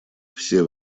все